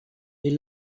est